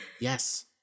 yes